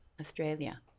Australia